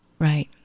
Right